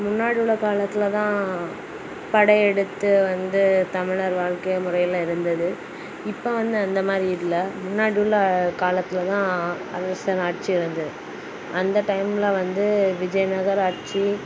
முன்னாடி உள்ள காலத்தில் தான் படையெடுத்து வந்து தமிழர் வாழ்க்கை முறையில இருந்தது இப்போ வந்து அந்தமாதிரி இல்லை முன்னாடி உள்ள காலத்தில் தான் அரசர் ஆட்சி இருந்தது அந்த டைம்ல வந்து விஜயநகர் ஆட்சி